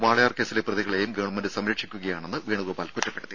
വാളയാർ കേസിലെ പ്രതികളേയും ഗവൺമെന്റ് സംരക്ഷിക്കുകയാണെന്ന് വേണുഗോപാൽ കുറ്റപ്പെടുത്തി